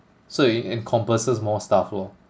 so it encompasses more stuff lor